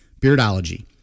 Beardology